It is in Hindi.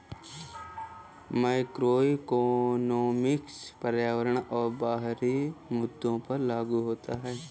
मैक्रोइकॉनॉमिक्स पर्यावरण और बाहरी मुद्दों पर लागू होता है